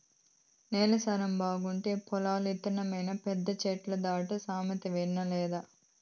నేల సారం బాగుంటే పొల్లు ఇత్తనమైనా పెద్ద చెట్టైతాదన్న సామెత ఇనలేదా